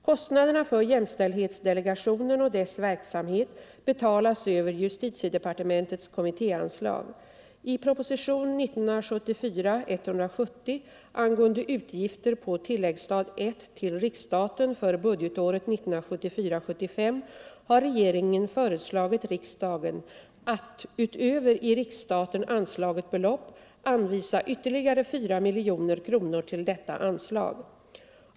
Kostnaderna för jämställdhetsdelegationen och dess verksamhet betalas över justitiedepartementets kommittéanslag. I propositionen 170 angående utgifter på tilläggsstat I till riksstaten för budgetåret 1974/75 har regeringen föreslagit riksdagen att — utöver i riksstaten anslaget belopp —- anvisa ytterligare 4 miljoner kronor till detta anslag.